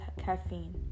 caffeine